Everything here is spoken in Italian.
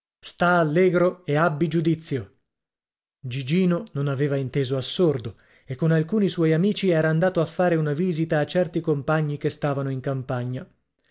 sta allegro e abbi giudizio gigino non aveva inteso a sordo e con alcuni suoi amici era andato a fare una visita a certi compagni che stavano in campagna